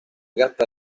gatta